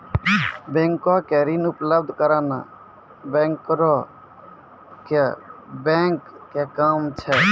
बैंको के ऋण उपलब्ध कराना बैंकरो के बैंक के काम छै